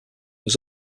was